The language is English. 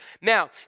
Now